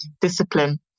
discipline